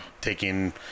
taking –